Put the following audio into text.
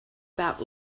about